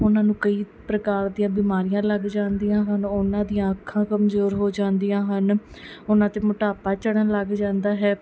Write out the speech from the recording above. ਉਹਨਾਂ ਨੂੰ ਕਈ ਪ੍ਰਕਾਰ ਦੀਆਂ ਬਿਮਾਰੀਆਂ ਲੱਗ ਜਾਂਦੀਆਂ ਹਨ ਉਹਨਾਂ ਦੀਆਂ ਅੱਖਾਂ ਕਮਜ਼ੋਰ ਹੋ ਜਾਂਦੀਆਂ ਹਨ ਉਹਨਾਂ 'ਤੇ ਮੋਟਾਪਾ ਚੜ੍ਹਨ ਲੱਗ ਜਾਂਦਾ ਹੈ